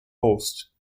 host